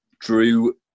drew